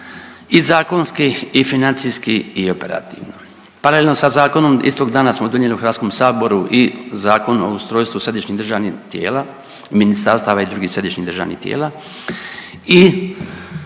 i zakonski i financijski i operativno. Paralelno sa zakonom, istog dana smo donijeli u HS-u i Zakon o ustrojstvu središnjih državnih tijela ministarstava i drugih središnjih državnih tijela